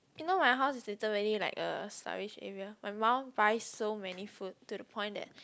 you know my house is literally like a storage area my mum buy so many food to the point that